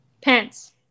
pants